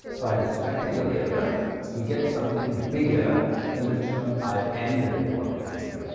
by this rectangle area we get something bigger than the term i n that we are pondering here.